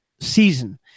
season